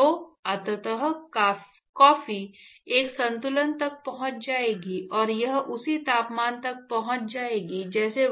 तो अंततः कॉफी एक संतुलन तक पहुंच जाएगी और यह उसी तापमान तक पहुंच जाएगी जैसे